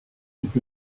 beach